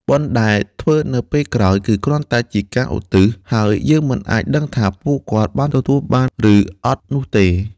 បុណ្យដែលធ្វើនៅពេលក្រោយ គឺគ្រាន់តែជាការឧទ្ទិស ហើយយើងមិនអាចដឹងថាពួកគាត់បានទទួលបាន ឬអត់នោះទេ។